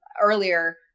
earlier